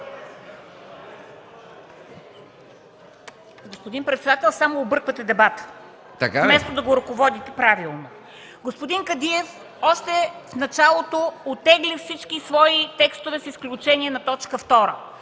Господин председател, само обърквате дебата вместо да го ръководите правилно. Господин Кадиев още в началото оттегли всички свои текстове с изключение на т. 2.